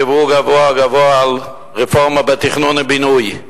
דיברו גבוהה-גבוהה על רפורמה בתכנון ובינוי.